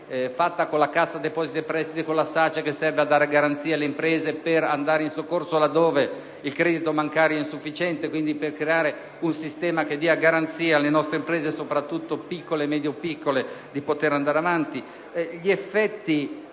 attuata con la Cassa depositi e prestiti e la SACE, che serve a dare garanzie alle imprese per andare in soccorso laddove il credito bancario è insufficiente, al fine di creare un sistema che garantisca alle nostre imprese, soprattutto quelle piccole e medio piccole, di andare avanti.